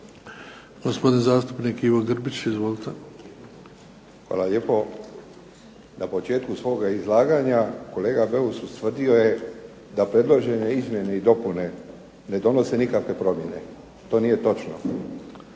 lijepo. Na početku svoga izlaganja kolega Beus ustvrdio je da predložene izmjene i dopune ne donose nikakve promjene. To nije točno.